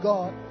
God